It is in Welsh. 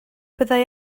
byddai